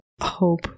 hope